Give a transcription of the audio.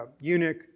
eunuch